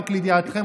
רק לידיעתכן,